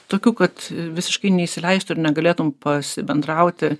tokių kad visiškai neįsileistų ir negalėtum pasibendrauti